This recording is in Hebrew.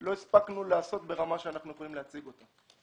לא הספקנו לעשות ברמה שאנחנו יכולים להציג אותה.